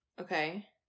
Okay